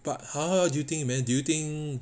but how how do you think you man do you think